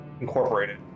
incorporated